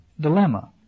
dilemma